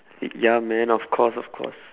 ya man of course of course